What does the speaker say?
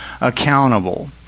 accountable